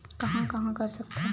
कहां कहां कर सकथन?